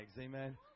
Amen